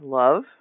love